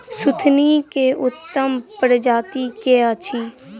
सुथनी केँ उत्तम प्रजाति केँ अछि?